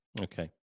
okay